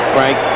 Frank